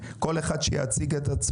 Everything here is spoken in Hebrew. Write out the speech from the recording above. ממה שאתם רגילים פה בוועדת הכלכלה,